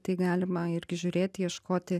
tai galima irgi žiūrėti ieškoti